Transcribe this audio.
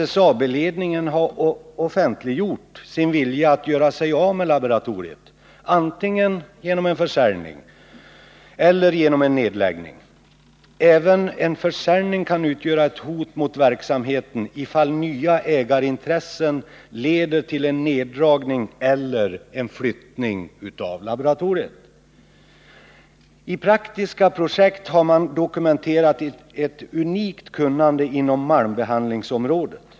SSAB-ledningen har offentliggjort sin vilja att göra sig av med laboratoriet, antingen genom en försäljning eller genom en nedläggning. Även en försäljning kan utgöra ett hot mot verksamheten, ifall nya ägarintressen leder till en neddragning eller en flyttning av laboratoriet. I praktiska projekt har man dokumenterat ett unikt kunnande inom malmbehandlingsområdet.